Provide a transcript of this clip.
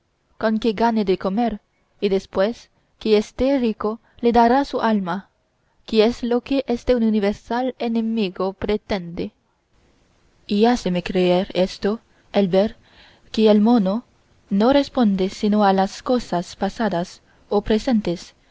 con que gane de comer y después que esté rico le dará su alma que es lo que este universal enemigo pretende y háceme creer esto el ver que el mono no responde sino a las cosas pasadas o presentes